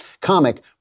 comic